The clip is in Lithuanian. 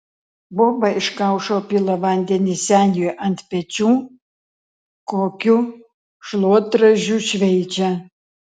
boba iš kaušo pila vandenį seniui ant pečių kokiu šluotražiu šveičia